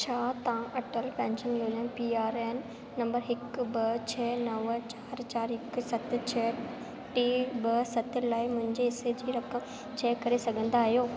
छा तव्हां अटल पैंशन योजना में P R A N number हिकु ॿ छह नव चारि चारि हिकु सत छह टे ॿ सत लाइ मुंहिंजे हिस्से जी रक़म चैक करे सघंदा आहियो